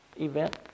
event